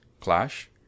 clash